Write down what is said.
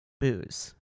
booze